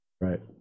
Right